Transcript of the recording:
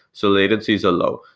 so latencies are low.